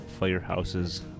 firehouses